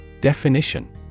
Definition